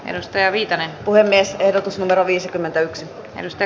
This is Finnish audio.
edustaja viitanen puhemies ehdotus numero viisikymmentäyksi piste